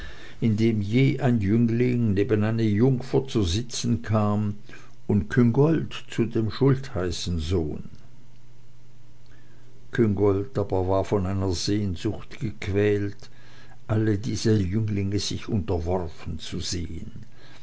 indem je ein jüngling neben eine jungfer zu sitzen kam und küngolt zu dem schultheißensohn küngolt aber war von einer sehnsucht gequält alle diese jünglinge sich unterworfen zu sehen